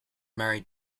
married